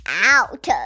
out